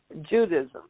Judaism